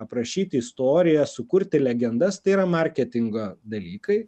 aprašyti istoriją sukurti legendas tai yra marketingo dalykai